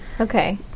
Okay